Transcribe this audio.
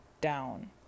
down